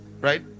right